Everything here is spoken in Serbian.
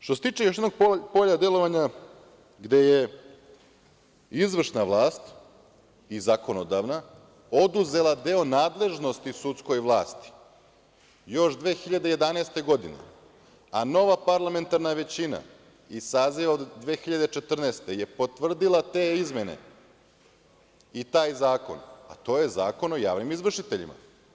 Što se tiče još jednog polja delovanja, gde je izvršna vlast i zakonodavna oduzela deo nadležnosti sudskoj vlasti još 2011. godine, a nova parlamentarna većina iz saziva od 2014. godine je potvrdila te izmene i taj zakon, a to je Zakon o javnim izvršiteljima.